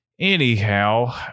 Anyhow